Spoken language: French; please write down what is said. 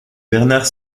bernard